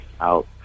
out